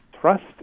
trust